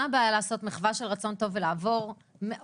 מה הבעיה לעשות מחווה של רצון טוב ולעבור מאות,